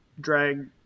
drag